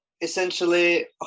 essentially